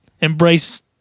embrace –